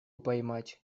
поймать